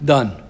Done